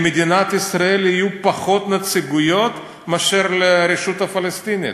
למדינת ישראל יהיו פחות נציגויות מאשר לרשות הפלסטינית.